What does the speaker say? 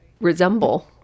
resemble